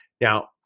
Now